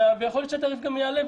ויכול להיות שהתעריף גם יעלה,